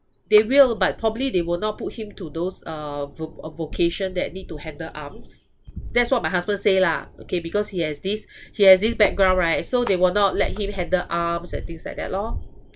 they will but probably they will not put him to those uh voc~ uh vocation that need to handle arms that's what my husband say lah okay because he has this he has this background right so they will not let him handle arms and things like that lor